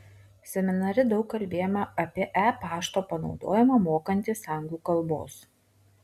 seminare daug kalbėjome apie e pašto panaudojimą mokantis anglų kalbos